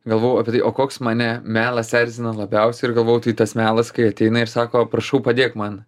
galvojau apie tai o koks mane melas erzina labiausiai ir galvojau tai tas melas kai ateina ir sako prašau padėk man